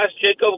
Jacob